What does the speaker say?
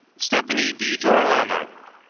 stephanie de jour lhamo